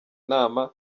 inama